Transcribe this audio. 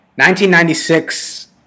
1996